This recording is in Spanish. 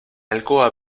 alcoba